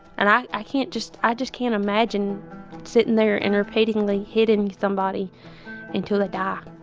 and i i can't just i just can't imagine sitting there and repeatedly hitting somebody until they die